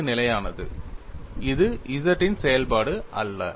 அது நிலையானது இது Z இன் செயல்பாடு அல்ல